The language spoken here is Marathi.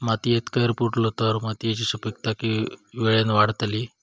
मातयेत कैर पुरलो तर मातयेची सुपीकता की वेळेन वाडतली?